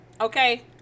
okay